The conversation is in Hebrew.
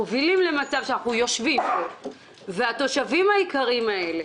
מובילים למצב שאנחנו יושבים פה והתושבים היקרים האלה,